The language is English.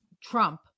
Trump